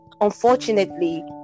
unfortunately